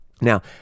Now